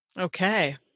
Okay